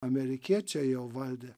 amerikiečiai jau valdė